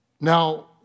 Now